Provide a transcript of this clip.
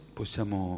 possiamo